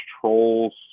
trolls